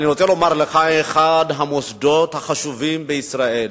אני רוצה לומר לך, אחד המוסדות החשובים בישראל